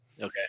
Okay